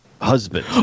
husband